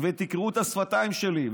ותקראו את השפתיים שלי,